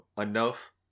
Enough